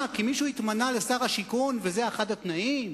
מה, כי מישהו התמנה לשר השיכון וזה אחד התנאים?